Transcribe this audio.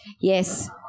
Yes